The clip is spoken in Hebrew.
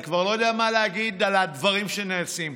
אני כבר לא יודע מה להגיד על הדברים שנעשים פה.